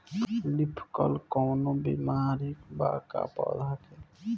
Leaf कल कौनो बीमारी बा का पौधा के?